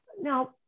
now